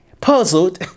puzzled